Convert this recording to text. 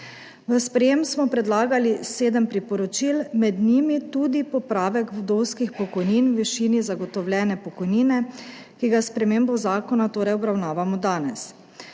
V sprejetje smo predlagali sedem priporočil, med njimi tudi popravek vdovskih pokojnin v višini zagotovljene pokojnine, ki ga s spremembo zakona torej obravnavamo danes.